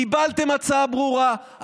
קיבלתם הצעה ברורה,